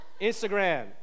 Instagram